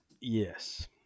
yes